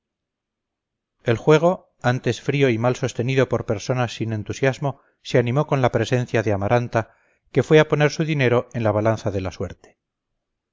el juego antes frío y mal sostenido por personas sin entusiasmo se animó con la presencia de amaranta que fue a poner su dinero en la balanza de la suerte